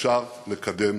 אפשר לקדם